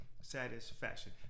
satisfaction